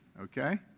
okay